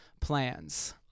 plans